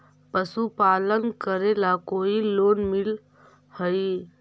पशुपालन करेला कोई लोन मिल हइ?